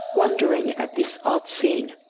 wondering at this odd scene.